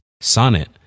Sonnet